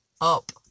up